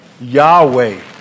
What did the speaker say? Yahweh